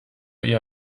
eher